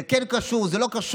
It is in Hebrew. זה כן קשור, זה לא קשור.